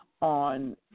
on